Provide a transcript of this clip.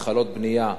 התחלות בנייה,